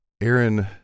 Aaron